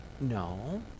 No